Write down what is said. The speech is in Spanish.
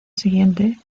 siguiente